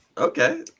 okay